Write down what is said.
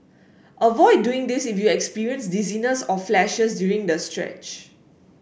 avoid doing this if you experience dizziness or flashes during the stretch